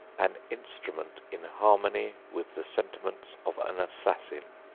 an instrument in harmony with the sentiments of an assassin.